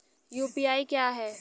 UPI क्या है?